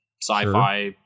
sci-fi